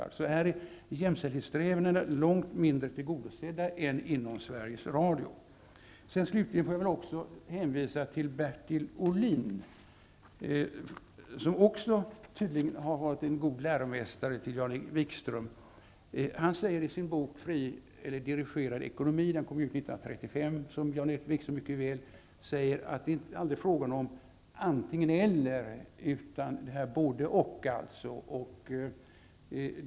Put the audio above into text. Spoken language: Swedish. Här är alltså jämställdhetssträvandena långt mindre tillgodosedda än inom Sveriges Radio. Slutligen får jag väl också hänvisa till Bertil Ohlin, som tydligen också har varit en god läromästare för Jan-Erik Wikström. Han säger i sin bok Fri eller dirigerad ekonomi -- den kom ut 1935, som Jan Erik Wikström mycket väl vet -- att det aldrig är fråga om antingen eller utan om både/och.